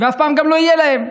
ואף פעם גם לא תהיה להם.